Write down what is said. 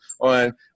on